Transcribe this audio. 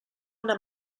una